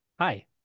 hi